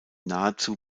nahezu